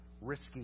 risky